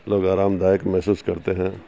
لوگ آرام دایک محسوس کرتے ہیں